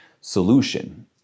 solution